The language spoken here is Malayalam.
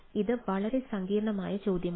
ഇത് വളരെ സങ്കീർണ്ണമായ ചോദ്യമാണ്